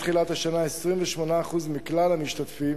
מתחילת השנה 28% מכלל המשתתפים